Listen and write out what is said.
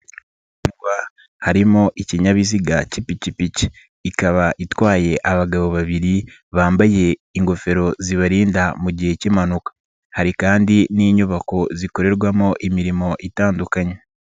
Harimo ikinyabiziga cy'ipikipiki ikaba itwaye abagabo babiri bambaye ingofero zibarinda mu gihe cy'impanuka. Hari kandi n'inyubako zikorerwamo imirimo itandukanye.